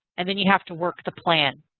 and then you have to work the plan.